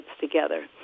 together